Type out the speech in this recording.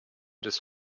des